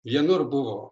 vienur buvo